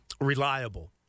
reliable